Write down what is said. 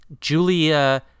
Julia